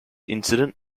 incident